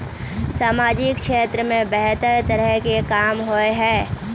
सामाजिक क्षेत्र में बेहतर तरह के काम होय है?